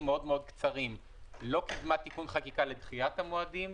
מאוד קצרים לא יזמה תיקון חקיקה לדחיית המועדים.